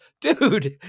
dude